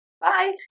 Bye